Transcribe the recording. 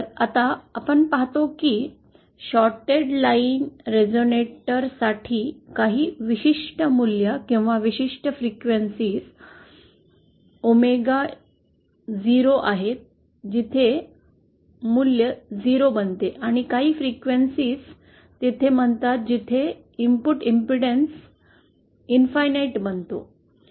आता आपण पाहतो की शॉर्टेड लाईन रेझोनेटर साठी काही विशिष्ट मूल्ये किंवा विशिष्ट फ्रिक्वेन्सी ओमेगा 0 आहेत जिथे मूल्य 0 बनते आणि काही फ्रिक्वेन्सी येथे म्हणतात जिथे इनपुट इंपेडेंस इंफिनाइट बनतो